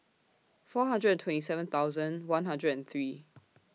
four hundred and twenty seven thousand one hundred and three